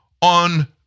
on